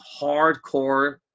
hardcore